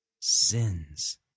sins